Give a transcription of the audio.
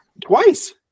Twice